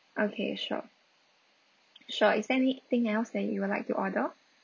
okay sure sure is there anything else that you would like to order